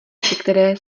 které